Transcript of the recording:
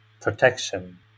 protection